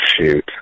shoot